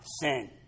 sin